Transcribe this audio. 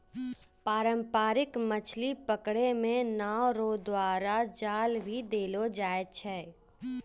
पारंपरिक मछली पकड़ै मे नांव रो द्वारा जाल भी देलो जाय छै